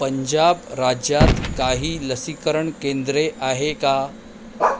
पंजाब राज्यात काही लसीकरण केंद्रे आहे का